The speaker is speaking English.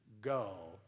Go